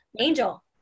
angel